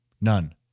none